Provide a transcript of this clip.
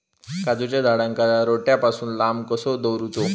काजूच्या झाडांका रोट्या पासून लांब कसो दवरूचो?